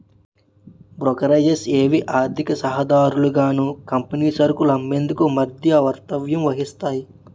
brokerages ఏవి ఆర్థిక సలహాదారులుగాను కంపెనీ సరుకులు అమ్మేందుకు మధ్యవర్తత్వం వహిస్తాయి